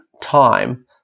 time